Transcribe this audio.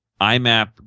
IMAP